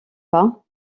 pas